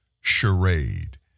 charade